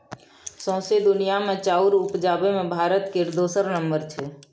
सौंसे दुनिया मे चाउर उपजाबे मे भारत केर दोसर नम्बर छै